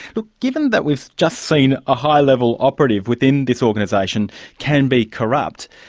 look, given that we've just seen a high-level operative within this organisation can be corrupt,